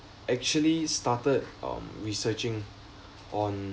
actually started um researching on